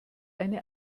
eine